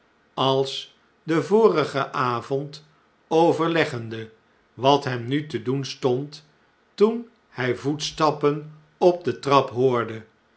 als den vorigen avond overleggende wat hem nu te doen stond toen hn voetstappen op de trap hoorde